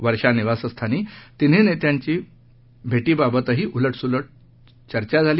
वर्षा निवासस्थानी तिन्ही नेत्यांची भेटीबाबतही उलटसुलट चर्चा सुरू झाल्या